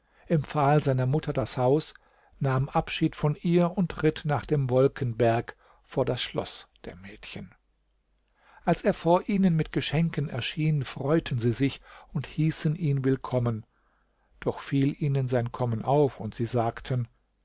empfahl seiner mutter das haus nahm abschied von ihr und ritt nach dem wolkenberg vor das schloß der mädchen als er vor ihnen mit den geschenken erschien freuten sie sich und hießen ihn willkommen doch fiel ihnen sein kommen auf und sie sagten